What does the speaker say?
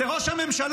וזה ראש הממשלה,